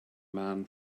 man